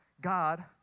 God